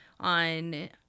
on